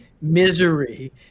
misery